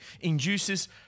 induces